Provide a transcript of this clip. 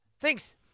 Thanks